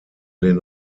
den